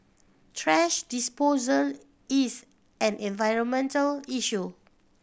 trash disposal is an environmental issue